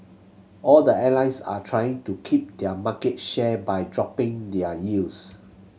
all the airlines are trying to keep their market share by dropping their yields